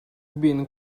been